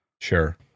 sure